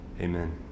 Amen